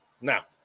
Now